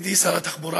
ידידי שר התחבורה,